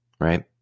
right